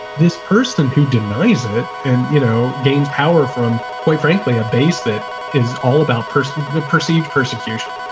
this person who denies it. and, you know, gains power from, quite frankly, a base that is all about personal perceived persecution.